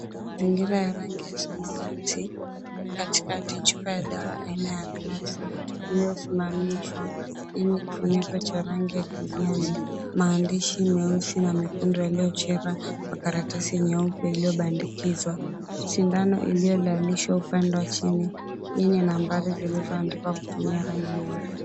Mazingira ya rangi ya samawati, katikati chupa ya dawa aina ya gilasi iliyosimamishwa yenye kifuniko cha rangi ya kijani maandishi meusi na mekundu yaliochorwa kwa karatasi nyeupe iliyobandikizwa. Sindano iliyolalishwa upande wa chini yenye nambari zilizoandikwa kwa kutumia rangi nyeusi.